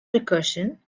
recursion